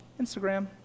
Instagram